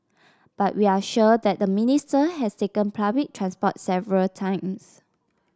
but we are sure that the Minister has taken public transport several times